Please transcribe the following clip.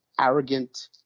arrogant